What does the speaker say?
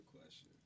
question